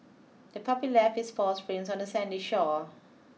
the puppy left its paw prints on the sandy shore